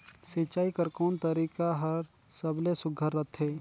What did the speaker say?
सिंचाई कर कोन तरीका हर सबले सुघ्घर रथे?